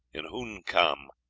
in hu-ncam,